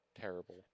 terrible